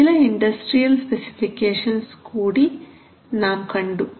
ചില industrial specifications കൂടി നാം കണ്ടു